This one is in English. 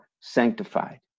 sanctified